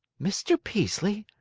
mr. peaslee!